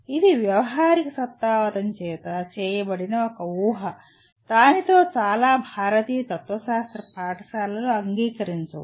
ఇది వ్యావహారికసత్తావాదం చేత చేయబడిన ఒక ఊహ దీనితో చాలా భారతీయ తత్వశాస్త్ర పాఠశాలలు అంగీకరించవు